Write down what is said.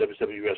WWS